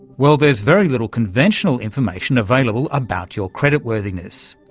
well, there's very little conventional information available about your creditworthiness.